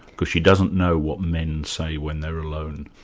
because she doesn't know what men say when they're alone.